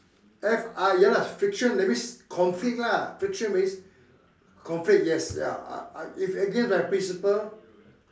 F I ya lah friction that means conflict lah friction means conflict yes ya uh if against my principle